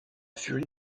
furie